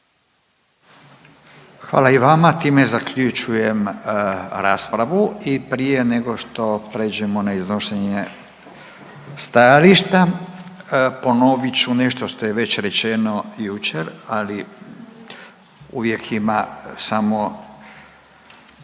Hvala i vama, time zaključujem raspravu i prije nego što pređemo na iznošenje stajališta ponovit ću nešto što je već rečeno jučer, ali uvijek ima samo